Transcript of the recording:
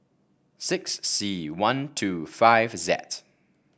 six C one two five Z